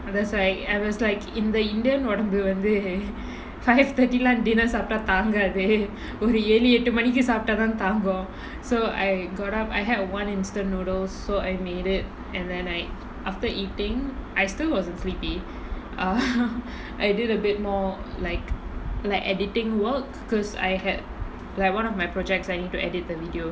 that's why I was like in the indian ஒடம்பு வந்து:odambu vanthu fifty thirty dinner சாப்டா தாங்காது ஒரு ஏலு எட்டு மணிக்கு சாப்டா தான் தாங்கும்:saaptaa thaangaathu oru yelu ettu manikku saaptaa thaan thaangum so I got up I had one instant noodles so I made it and then I after eating I still wasn't sleepy err I did a bit more like like editing work because I had like one of my projects I need to edit the video